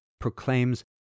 proclaims